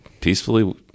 peacefully